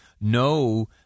no